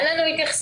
אין לנו התייחסות,